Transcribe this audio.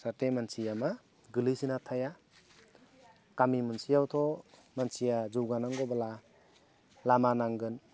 जाहाते मानसिया मा गोग्लैसोना थाया गामि मोनसेयावथ' मानसिया जौगानांगौब्ला लामा नांगोन